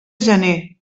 gener